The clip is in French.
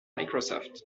microsoft